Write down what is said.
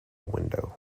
window